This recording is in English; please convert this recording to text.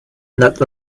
not